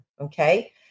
okay